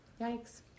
Yikes